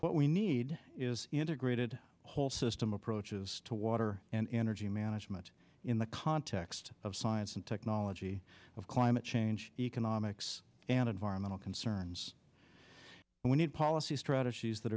what we need is integrated whole system approaches to water and energy management in the context of science and technology climate change economics and environmental concerns and we need policy strategies that